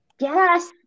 Yes